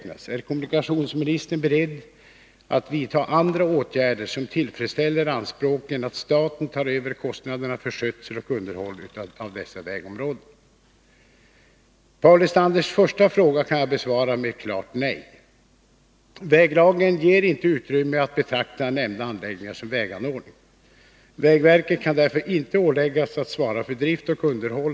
De har anlagts dels av trafiksäkerhetsskäl, dels för det rörliga friluftslivets behov, dels för att främja en nationell och internationell turism. Skötsel och snöröjning har hittills ombesörjts av Arjeplogs och Kiruna kommuner.